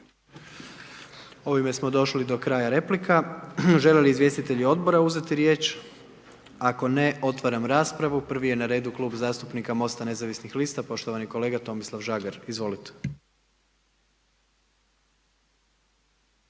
Ovim smo došli do kraja replika. Žele li izvjestitelji odbora uzeti riječ? Ako ne, otvaram raspravu, prvi je na redu Klub zastupnika MOST-a nezavisnih lista, poštovani kolega Tomislav Žagar, izvolite.